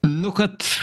nu kad